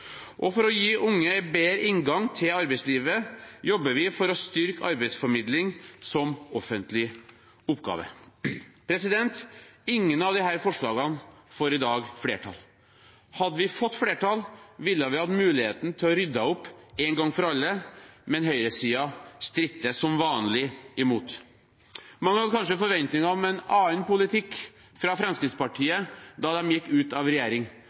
For å gi unge en bedre inngang til arbeidslivet jobber vi for å styrke arbeidsformidling som offentlig oppgave. Ingen av disse forslagene får i dag flertall. Hadde de fått flertall, ville vi hatt muligheten til å rydde opp en gang for alle, men høyresiden stritter som vanlig imot. Man hadde kanskje forventninger om en annen politikk fra Fremskrittspartiet da de gikk ut av regjering,